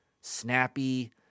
Snappy